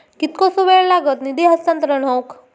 कितकोसो वेळ लागत निधी हस्तांतरण हौक?